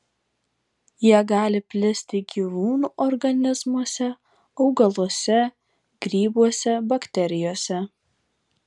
jie gali plisti gyvūnų organizmuose augaluose grybuose bakterijose